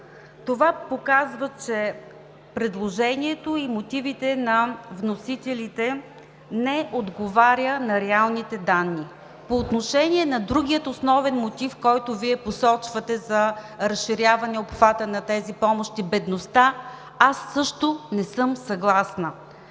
Това показва, че предложението и мотивите на вносителите не отговаря на реалните данни. По отношение на другия основен мотив, който Вие посочвате за разширяване обхвата на тези помощи – бедността, аз също не съм съгласна,